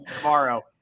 tomorrow